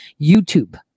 YouTube